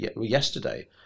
yesterday